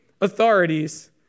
authorities